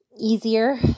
easier